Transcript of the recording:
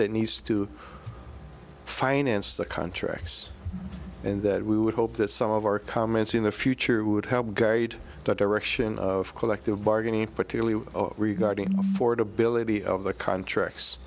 that needs to finance the contracts and that we would hope that some of our comments in the future would help guide the direction of collective bargaining particularly regarding ability of the contracts